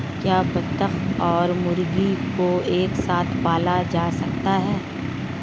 क्या बत्तख और मुर्गी को एक साथ पाला जा सकता है?